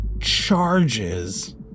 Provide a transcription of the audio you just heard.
Charges